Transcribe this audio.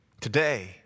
Today